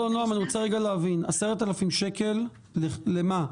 נעם, אני רוצה רגע להבין: 10,000 שקל למה?